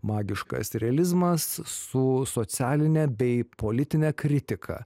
magiškas realizmas su socialine bei politine kritika